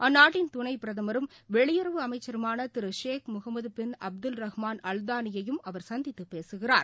அந்நாட்டின் துணைப் பிரதமரும் வெளியுறவு அமைச்சருமானதிருஷேக் முகமதபின் அப்துல் ரஹ்மான் அல்தானியையும் அவர் சந்தித்துபேசுகிறார்